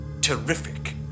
terrific